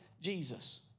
Jesus